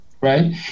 right